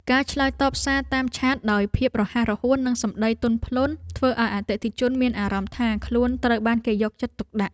ការឆ្លើយតបសារតាមឆាតដោយភាពរហ័សរហួននិងសម្តីទន់ភ្លន់ធ្វើឱ្យអតិថិជនមានអារម្មណ៍ថាខ្លួនត្រូវបានគេយកចិត្តទុកដាក់។